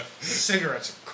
Cigarettes